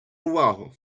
увагу